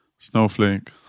Snowflake